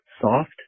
soft